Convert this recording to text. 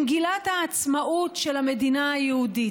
במגילת העצמאות של המדינה היהודית,